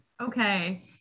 okay